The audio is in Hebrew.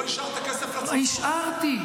לא השארת כסף, לא השארת כסף לצפון.